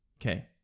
Okay